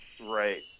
Right